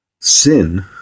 sin